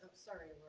sorry,